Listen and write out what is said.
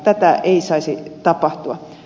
tätä ei saisi tapahtua